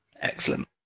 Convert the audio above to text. Excellent